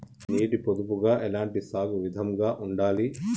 నీటి పొదుపుగా ఎలాంటి సాగు విధంగా ఉండాలి?